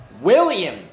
William